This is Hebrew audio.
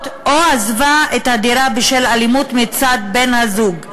או עזבה את הדירה בשל אלימות מצד בן-הזוג,